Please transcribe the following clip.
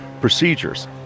procedures